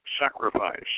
Sacrifice